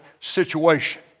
situation